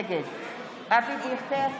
נגד אבי דיכטר,